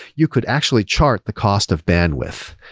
you could actually chart the cost of bandwidth,